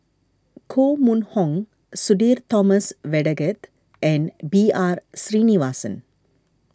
Koh Mun Hong Sudhir Thomas Vadaketh and B R Sreenivasan